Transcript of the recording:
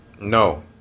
No